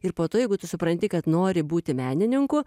ir po to jeigu tu supranti kad nori būti menininku